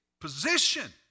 position